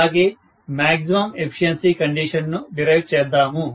అలాగే maximum efficiency condition ను derive చేద్దాము